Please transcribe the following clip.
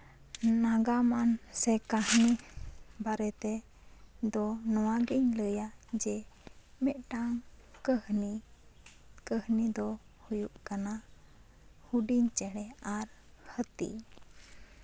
ᱱᱟᱜᱟᱢᱟᱱ ᱥᱮ ᱠᱟᱹᱦᱱᱤ ᱵᱟᱨᱮᱛᱮ ᱫᱚ ᱱᱚᱣᱟᱜᱤᱧ ᱞᱟᱹᱭᱟ ᱡᱮ ᱢᱤᱫᱴᱟᱝ ᱠᱟᱹᱦᱱᱤ ᱠᱟᱹᱦᱱᱤ ᱫᱚ ᱦᱩᱭᱩᱜ ᱠᱟᱱᱟ ᱦᱩᱰᱤᱧ ᱪᱮᱬᱮ ᱟᱨ ᱦᱟᱹᱛᱤ